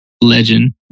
legend